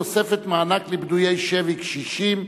תוספת מענק לפדויי שבי קשישים),